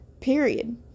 period